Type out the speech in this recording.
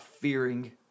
fearing